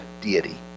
deity